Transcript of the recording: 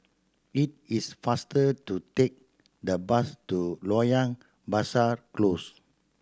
it is faster to take the bus to Loyang Besar Close